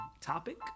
topic